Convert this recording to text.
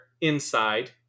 inside